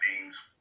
beings